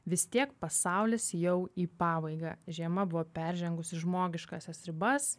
vis tiek pasaulis jau į pabaigą žiema buvo peržengusi žmogiškąsias ribas